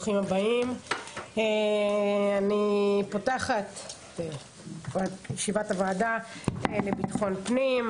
אני מתכבדת לפתוח את ישיבת ועדת ביטחון הפנים.